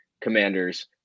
Commanders